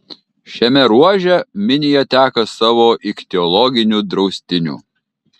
šiame ruože minija teka savo ichtiologiniu draustiniu